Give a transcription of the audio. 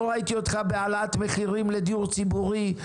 לא ראיתי אותך בהעלאת מחירים לדיור ציבורי,